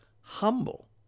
humble